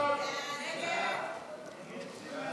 סעיף תקציבי 76,